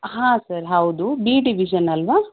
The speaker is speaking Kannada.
ಹಾಂ ಸರ್ ಹೌದು ಡಿ ಡಿವಿಷನ್ ಅಲ್ಲವ